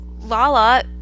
Lala